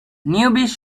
newbies